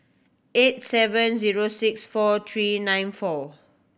eight seven zero six four three nine four